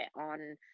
on